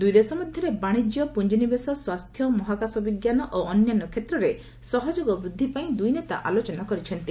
ଦୁଇ ଦେଶ ମଧ୍ୟରେ ବାଶିଜ୍ୟ ପୁଞ୍ଜିନିବେଶ ସ୍ୱାସ୍ଥ୍ୟ ମହାକାଶ ବିଜ୍ଞାନ ଏବଂ ଅନ୍ୟାନ୍ୟ କ୍ଷେତ୍ରରେ ସହଯୋଗ ବୃଦ୍ଧି ପାଇଁ ଦୁଇନେତା ଆଲୋଚନା କରିଛନ୍ତି